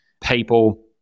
people